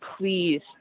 please